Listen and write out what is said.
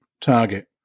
target